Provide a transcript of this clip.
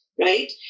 right